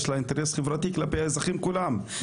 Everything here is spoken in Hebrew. יש לה אינטרס חברתי כלפי האזרחים כולם,